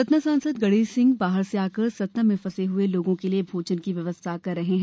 सतना सांसद गणेश सिह बाहर से आकर सतना में लोग फसे हुए लोगों के लिए भोजन की व्यवस्था कर रहे हैं